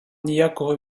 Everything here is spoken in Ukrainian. ніякого